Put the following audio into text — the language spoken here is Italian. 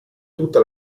tutta